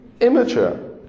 immature